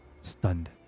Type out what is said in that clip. stunned